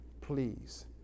please